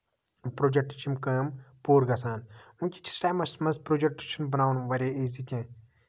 project چھِ یِم کٲم پوٗرٕ گژھان وٕنۍ کہِ کِس ٹایمَس منٛز پروجٮ۪کٹ چھِنہٕ بَناون واریاہ ایٖزی کیٚنہہ